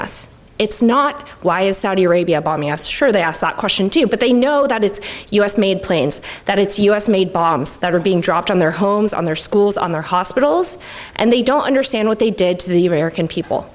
us it's not why is saudi arabia bombing us sure they ask that question to you but they know that it's us made planes that it's us made bombs that are being dropped on their homes on their schools on their hospitals and they don't understand what they did to the american people